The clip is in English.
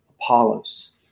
Apollos